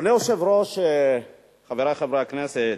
אדוני היושב-ראש, חברי חברי הכנסת,